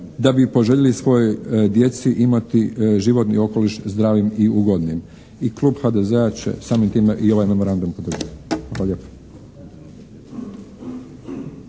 da bi poželjeli svojoj djeci imati životni okoliš zdravim i ugodnijim. I Klub HDZ-a će samim time i ovaj memorandum podržati. Hvala lijepa.